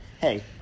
Hey